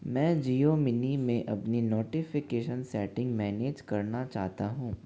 मैं जियो मिनी में अपनी नोटिफ़िकेशन सेटिंग मैनेज करना चाहता हूँ